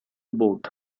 boat